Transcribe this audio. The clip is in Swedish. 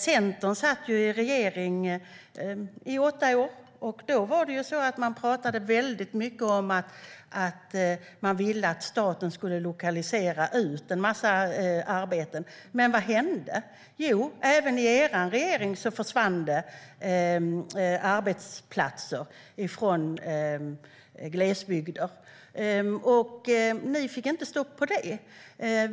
Centern satt i regeringen i åtta år, och då pratade man väldigt mycket om att man ville att staten skulle lokalisera ut en massa arbeten. Men vad hände? Även när ni hade regeringsmakten försvann arbetsplatser från glesbygder. Ni fick inte stopp på det.